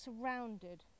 surrounded